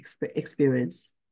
experience